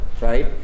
right